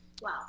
Wow